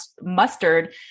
mustard